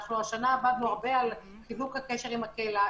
השנה עבדנו הרבה על חיזוק הקשר עם הקהילה.